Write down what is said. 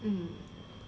mm